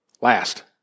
Last